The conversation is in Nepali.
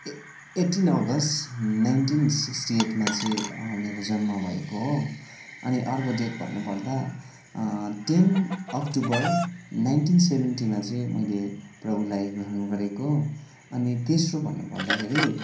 ए एट्टिन अगस्ट नाइन्टिन सिक्स्टी एटमा चाहिँ मेरो जन्म भएको हो अनि अर्को डेट भन्नु पर्दा टेन अक्टोबर नाइन्टिन सेभेन्टीमा चाहिँ मैले प्रभुलाई ग्रहण गरेको अनि तेस्रो भन्नु पर्दाखेरि